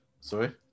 sorry